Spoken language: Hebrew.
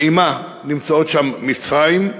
ועמה נמצאות שם: מצרים,